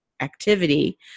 activity